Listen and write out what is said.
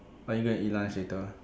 are you gonna eat lunch later